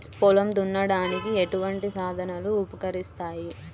పొలం దున్నడానికి ఎటువంటి సాధనలు ఉపకరిస్తాయి?